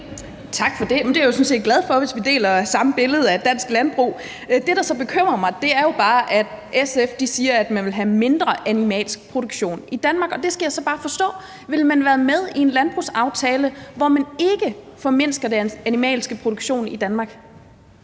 Tak for det. Det er jeg jo sådan set glad for, altså hvis vi deler samme billede af dansk landbrug. Det, der så bekymrer mig, er jo bare, at SF siger, at man vil have mindre animalsk produktion i Danmark, og der skal jeg så bare forstå: Vil man være med i en landbrugsaftale, hvor man ikke formindsker den animalske produktion i Danmark?